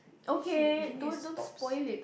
okay don't don't spoil it